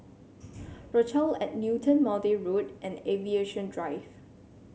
Rochelle at Newton Maude Road and Aviation Drive